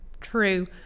true